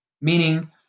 meaning